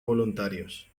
voluntarios